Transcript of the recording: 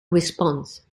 response